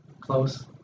Close